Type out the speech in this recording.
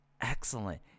excellent